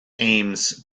aims